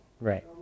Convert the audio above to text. Right